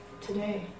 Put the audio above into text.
today